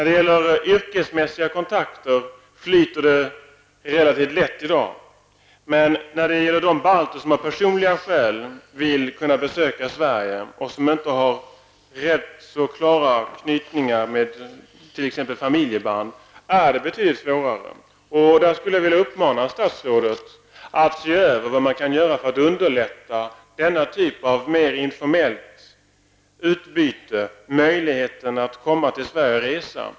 Det flyter relativt lätt i dag när det gäller yrkesmässiga kontakter, men när det gäller de balter som av personliga skäl vill kunna besöka Sverige och som inte har klara knytningar, t.ex. familjeband, är det betydligt svårare. Jag skulle vilja uppmana statsrådet att se över vad man kan göra för att underlätta denna typ av mer informellt utbyte, möjligheterna att komma och resa i Sverige.